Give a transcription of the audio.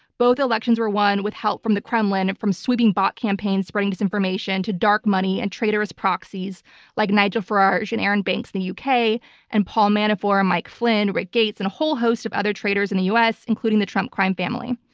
both elections were won with help from the kremlin from sweeping bot campaigns spreading disinformation to dark money and traitorous proxies like nigel farage and aaron banks in the uk and paul manafort, mike flynn, rick gates and a whole host of other traders in the us including the trump crime family.